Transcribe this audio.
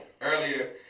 earlier